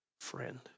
friend